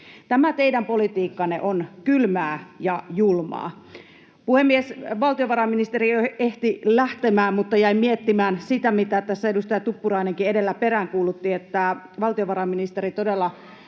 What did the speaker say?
Tämä teidän politiikkanne on kylmää ja julmaa. Puhemies! Valtiovarainministeri jo ehti lähtemään, mutta jäin miettimään sitä, mitä tässä edustaja Tuppurainenkin edellä peräänkuulutti, että valtiovarainministeri todella